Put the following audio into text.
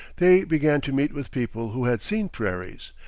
they began to meet with people who had seen prairies,